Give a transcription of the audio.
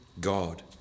God